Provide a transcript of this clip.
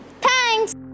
Thanks